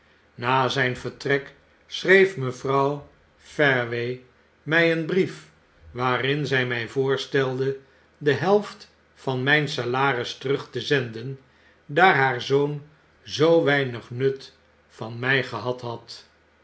na zyn vertrek schreef mevrouw fareway my een brief waarin zy mij voorstelde de helft van myn salaris terug te zenden daar haar zoon zoo weinig nut van my gehad had